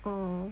orh